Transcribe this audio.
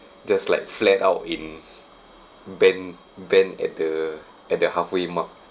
just like flat out in bend bend at the at the halfway mark